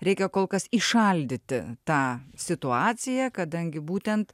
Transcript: reikia kol kas įšaldyti tą situaciją kadangi būtent